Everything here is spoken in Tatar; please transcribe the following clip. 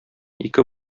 ике